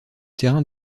terrain